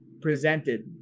presented